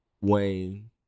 Wayne